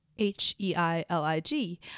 H-E-I-L-I-G